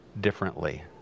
differently